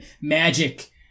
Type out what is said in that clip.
magic